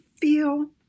feel